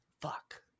Fuck